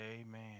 Amen